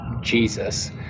jesus